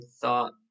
thought